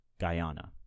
Guyana